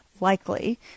likely